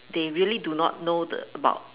they really do not know the about